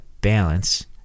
balance